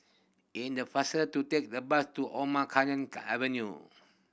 in the faster to take the bus to Omar Khayyam Avenue